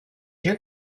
your